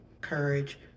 courage